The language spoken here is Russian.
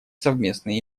совместные